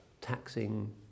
taxing